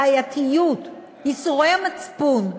הבעייתיות, ייסורי המצפון,